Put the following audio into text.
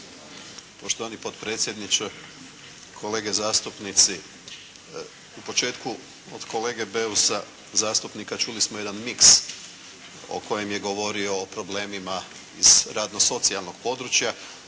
Poštovani potpredsjedniče, kolege zastupnici. U početku od kolege Beusa, zastupnika, čuli smo jedan miks u kojem je govorio o problemima iz radno-socijalnog područja